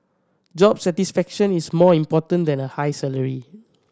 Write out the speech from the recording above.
job satisfaction is more important than a high salary